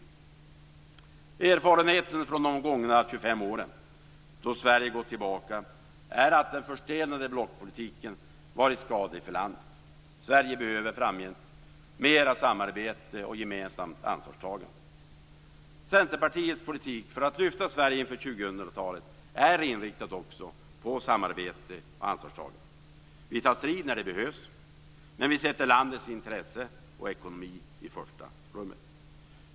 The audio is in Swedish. Erfarenheten från de gångna 25 åren, då Sverige gått tillbaka, är att den förstelnade blockpolitiken varit skadlig för landet. Sverige behöver framgent mer av samarbete och gemensamt ansvarstagande. Centerpartiets politik för att lyfta Sverige inför 2000-talet är också inriktad på samarbete och ansvarstagande. Vi tar strid när det behövs, men vi sätter landets intresse och ekonomi i första rummet.